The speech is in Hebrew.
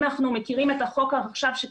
אם אנחנו מכירים את החוק שקיים,